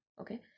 okay